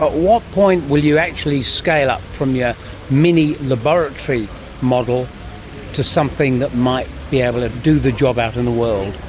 ah what point will you actually scale up from your yeah mini laboratory model to something that might be able to do the job out in the world?